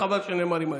חבל שנאמרים היום.